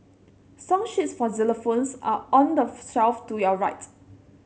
song sheets for xylophones are on the shelf to your right